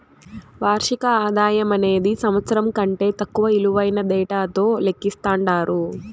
వార్షిక ఆదాయమనేది సంవత్సరం కంటే తక్కువ ఇలువైన డేటాతో లెక్కిస్తండారు